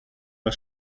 war